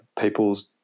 people's